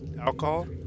alcohol